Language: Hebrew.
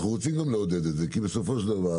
כי בסופן שך דבר